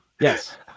Yes